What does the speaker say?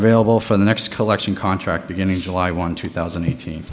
available for the next collection contract beginning july one two thousand and eighteen